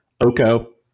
Oko